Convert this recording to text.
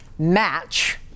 Match